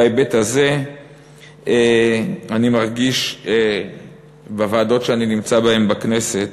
בהיבט הזה אני מרגיש בוועדות שאני נמצא בהן בכנסת